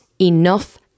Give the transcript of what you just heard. enough